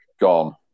gone